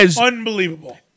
unbelievable